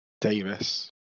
Davis